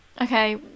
Okay